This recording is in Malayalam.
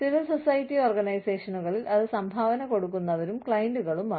സിവിൽ സൊസൈറ്റി ഓർഗനൈസേഷനുകളിൽ അത് സംഭാവന കൊടുക്കുന്നവരും ക്ലയന്റുകളുമാണ്